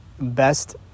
best